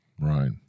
Right